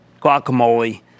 guacamole